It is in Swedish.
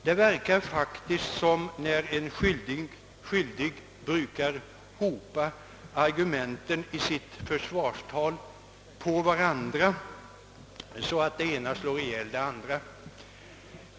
Det verkar faktiskt som när en skyldig hopar argumenten i sitt försvarstal på varandra så att det ena slår ihjäl det andra.